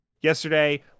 yesterday